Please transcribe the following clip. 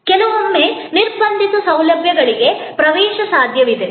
ಕೆಲವೊಮ್ಮೆ ನಿರ್ಬಂಧಿತ ಸೌಲಭ್ಯಗಳಿಗೆ ಪ್ರವೇಶ ಸಾಧ್ಯವಿದೆ